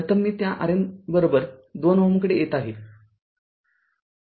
प्रथम मी त्या RN २ Ω कडे येत आहे